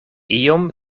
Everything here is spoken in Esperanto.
iom